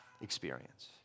experience